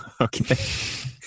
Okay